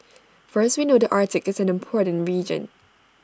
first we know the Arctic is an important region